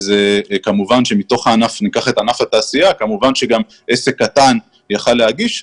כמובן שמתוך הענף ניקח את ענף התעשייה גם עסק קטן יכול היה להגיש.